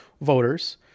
voters